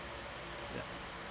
yup